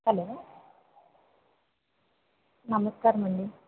hello నమస్కారమండి